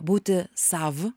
būti sav